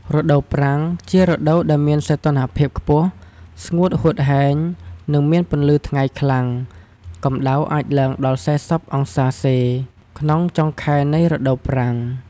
រដូវប្រាំង ជារដូវដែលមានសីតុណ្ហភាពខ្ពស់ ស្ងួតហួតហែង និងមានពន្លឺថ្ងៃខ្លាំង កំដៅអាចឡើងដល់ជាង ៤០អង្សាសេ ក្នុងចុងខែនៃរដូវប្រាំង។